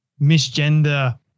misgender